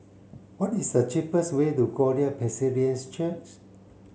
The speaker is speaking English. what is the cheapest way to Glory Presbyterian Church